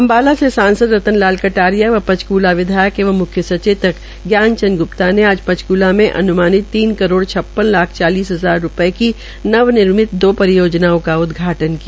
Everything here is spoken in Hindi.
अम्बाला से सांसद रतन लाल कटारिया व पंचकूला विधायक एव मुख्य सचेतक ज्ञान चंद ग्प्ता ने आज पंचक्ला में अनुमानित तीन करोड़ छप्पन लाख चालीस हजार रूपये की नविनर्मित दो परियोजनाओं का उदघाटन किया